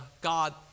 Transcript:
God